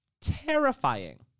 terrifying